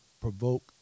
provoke